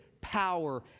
power